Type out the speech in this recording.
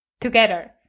together